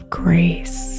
grace